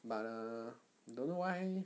but uh don't know why